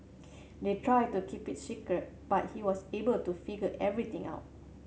they tried to keep it secret but he was able to figure everything out